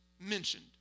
mentioned